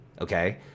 Okay